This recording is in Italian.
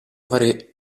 vari